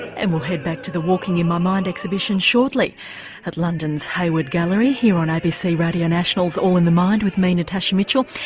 and we'll head back to the walking in my mind exhibition shortly at london's hayward gallery, here on abc radio national's all in the mind with me natasha mitchell.